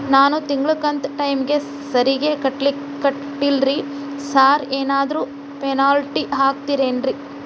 ನಾನು ತಿಂಗ್ಳ ಕಂತ್ ಟೈಮಿಗ್ ಸರಿಗೆ ಕಟ್ಟಿಲ್ರಿ ಸಾರ್ ಏನಾದ್ರು ಪೆನಾಲ್ಟಿ ಹಾಕ್ತಿರೆನ್ರಿ?